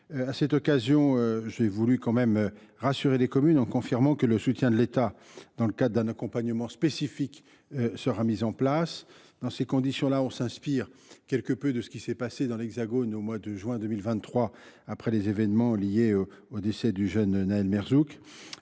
À cette occasion, j’ai voulu rassurer les communes, en leur confirmant que le soutien de l’État, dans le cadre d’un accompagnement spécifique, sera mis en place. Les conditions de ce soutien s’inspirent quelque peu de ce qui s’est passé dans l’Hexagone au mois de juin 2023, après les événements liés au décès du jeune Nahel Merzouk.